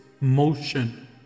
motion